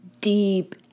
deep